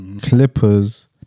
Clippers